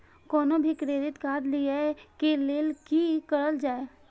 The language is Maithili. कोनो भी क्रेडिट कार्ड लिए के लेल की करल जाय?